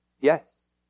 Yes